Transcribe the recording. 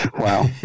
Wow